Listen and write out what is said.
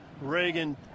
Reagan